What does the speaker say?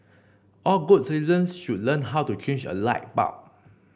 all good citizens should learn how to change a light bulb